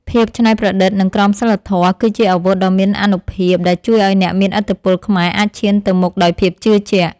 ភាពច្នៃប្រឌិតនិងក្រមសីលធម៌គឺជាអាវុធដ៏មានអានុភាពដែលជួយឱ្យអ្នកមានឥទ្ធិពលខ្មែរអាចឈានទៅមុខដោយភាពជឿជាក់។